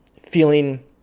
feeling